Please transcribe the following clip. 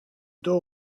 door